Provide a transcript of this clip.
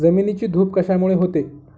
जमिनीची धूप कशामुळे होते?